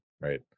Right